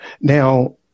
Now